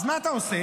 אז מה אתה עושה?